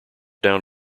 down